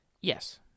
Yes